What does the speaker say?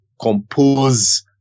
compose